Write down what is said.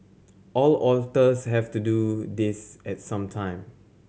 all otters have to do this at some time